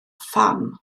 pham